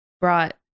brought